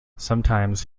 sometimes